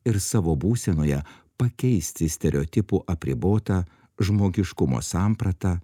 ir savo būsenoje pakeisti stereotipų apribotą žmogiškumo sampratą